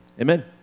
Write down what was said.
Amen